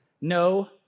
no